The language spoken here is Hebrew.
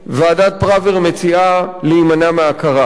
ועדת-פראוור מציעה להימנע מהכרה.